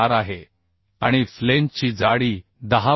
4 आहे आणि फ्लेंजची जाडी 10